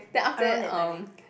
around that timing